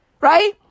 Right